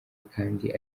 kandi